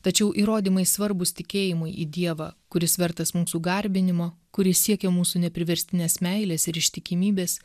tačiau įrodymai svarbūs tikėjimui į dievą kuris vertas mūsų garbinimo kuris siekia mūsų nepriverstinės meilės ir ištikimybės